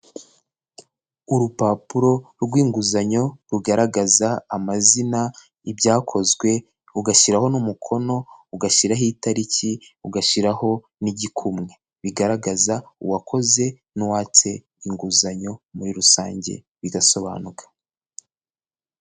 Urupapuro rwinguzanyo rugaragaza amazina, ibyakozwe, ugashyiraho n'umukono, ugashyiraho itariki, ugashyiraho n'igikumwe, bigaragaza uwakoze n'uwatse inguzanyo, muri rusange bigasobanuka.